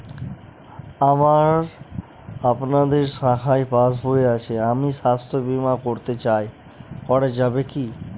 আমার আপনাদের শাখায় পাসবই আছে আমি স্বাস্থ্য বিমা করতে চাই করা যাবে কি?